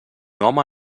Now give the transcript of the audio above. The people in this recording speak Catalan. home